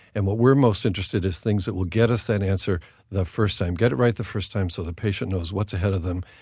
and what we're most interested in is things that will get us that answer the first time, get it right the first time, so the patient knows what's ahead of them.